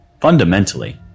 Fundamentally